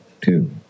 two